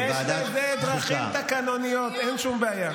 יש לזה דרכים תקנוניות, אין שום בעיה.